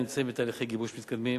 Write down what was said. נמצאות בתהליכי גיבוש מתקדמים.